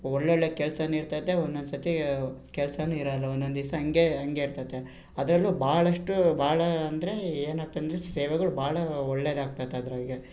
ಒಳ್ಳೊಳ್ಳೆಯ ಕೆಲ್ಸವು ಇರ್ತದೆ ಒಂದೊಂದು ಸರ್ತಿ ಕೆಲ್ಸವು ಇರಲ್ಲ ಒಂದೊಂದು ದಿವಸ ಹೀಗೆ ಹಾಗೆ ಇರ್ತದೆ ಅದರಲ್ಲೂ ಭಾಳಷ್ಟು ಭಾಳ ಅಂದರೆ ಏನಾಗ್ತಂದರೆ ಸೇವೆಗಳು ಭಾಳ ಒಳ್ಳೆದಾಗ್ತತೆ ಅದ್ರಾಗೆ